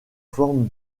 forme